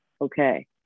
okay